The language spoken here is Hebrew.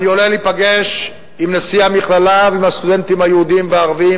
אני עולה להיפגש עם נשיא המכללה ועם הסטודנטים היהודים והערבים,